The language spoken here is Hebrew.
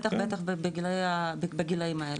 בטח ובטח בגילאים האלה.